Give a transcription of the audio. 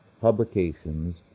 publications